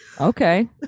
okay